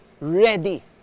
ready